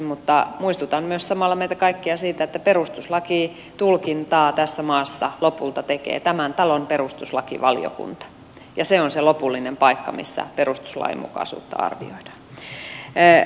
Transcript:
mutta muistutan myös samalla meitä kaikkia siitä että perustuslakitulkintaa tässä maassa lopulta tekee tämän talon perustuslakivaliokunta ja se on se lopullinen paikka missä perustuslainmukaisuutta arvioidaan